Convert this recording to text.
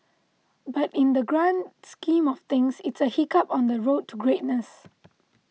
but in the grand scheme of things it's a hiccup on the road to greatness